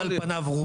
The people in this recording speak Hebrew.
גם החוק קובע